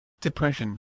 depression